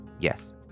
Yes